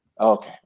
Okay